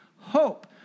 hope